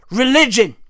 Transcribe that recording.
religion